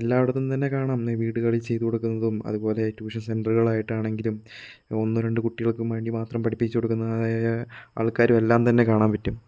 എല്ലായിടത്തും എന്നെ കാണാം ഈ വീടുകളിൽ ചെയ്ത കൊടുക്കുന്നതും അതുപോലെ ട്യൂഷൻ സെന്റെറുകൾ ആയിട്ടാണെങ്കിലും ഒന്ന് രണ്ട് കുട്ടികൾക്ക് വേണ്ടി മാത്രം പഠിപ്പിച്ച് കൊടുക്കുന്നതായ ആൾക്കാരും എല്ലാം തന്നെ കാണാൻ പറ്റും